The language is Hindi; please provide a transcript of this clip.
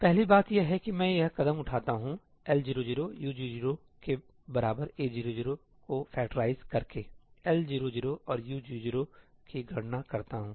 इसलिए पहली बात यह है कि मैं यह कदम उठाता हूं L00U00 के बराबर A00 को फैक्टराइजकरके L00 औरU00 की गणना करता हूं